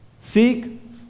Seek